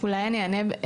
אולי אני אענה,